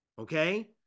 Okay